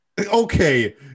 Okay